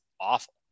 awful